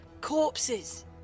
Corpses